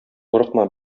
курыкма